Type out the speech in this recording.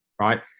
right